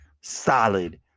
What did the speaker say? solid